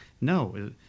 no